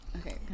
okay